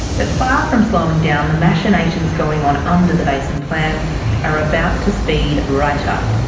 but far from slowing down, the machinations going on under the basin plan are about to speed right up.